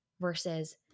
versus –